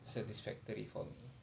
satisfactory for me